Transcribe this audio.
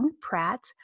Pratt